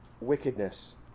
wickedness